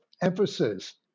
emphasis